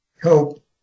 help